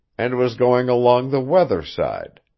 and was going along the weather side.